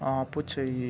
ఆపుచెయ్యి